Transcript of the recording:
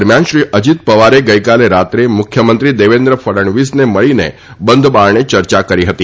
દરમિયાન શ્રી અજીત પવારે ગઈકાલે રાતે મુખ્યમંત્રી દેવેન્દ્ર ફડણવીસને મળીને બંધ બારણે ચર્ચા કરી હતી